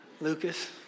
Lucas